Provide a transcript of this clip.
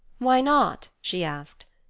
why not? she asked.